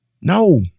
No